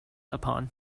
upon